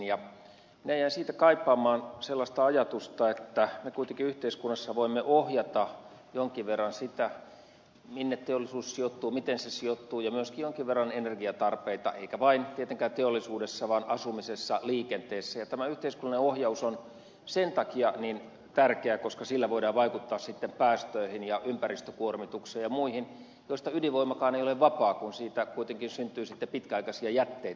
minä jäin siitä kaipaamaan sellaista ajatusta että kun me kuitenkin yhteiskunnassa voimme ohjata jonkin verran sitä minne teollisuus sijoittuu miten se sijoittuu ja myöskin jonkin verran energiatarpeita eikä vain tietenkään teollisuudessa vaan asumisessa liikenteessä tämä yhteiskunnallinen ohjaus on sen takia niin tärkeä koska sillä voidaan vaikuttaa päästöihin ja ympäristökuormitukseen ja muihin joista ydinvoimakaan ei ole vapaa kun siitä kuitenkin syntyy sitten pitkäaikaisia jätteitä